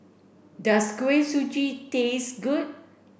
does Kuih Suji taste good